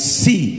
see